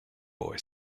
boy